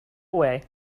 away